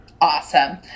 Awesome